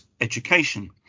Education